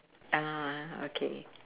orh okay